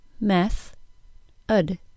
Meth-ud